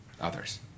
others